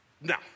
Now